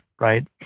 right